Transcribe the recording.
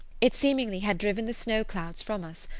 it seemingly had driven the snow clouds from us,